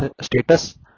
status